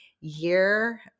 year